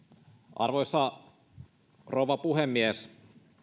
arvoisa rouva puhemies